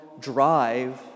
drive